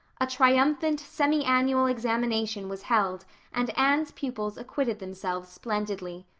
a triumphant semi-annual examination was held and anne's pupils acquitted themselves splendidly.